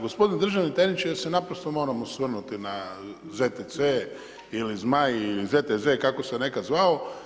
Gospodine državni tajniče, ja se naprosto moram osvrnuti na ZTC ili Zmaj ili ZTZ, kako se nekad zvao.